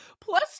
plus